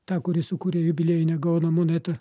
ta kuri sukūrė jubiliejinę gaono monetą